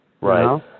Right